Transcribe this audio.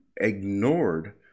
ignored